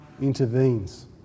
intervenes